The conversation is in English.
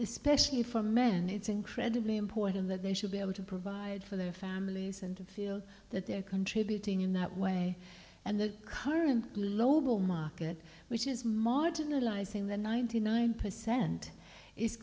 especially for men it's incredibly important that they should be able to provide for their families and to feel that they're contributing in that way and the current global market which is marginalizing the ninety nine percent is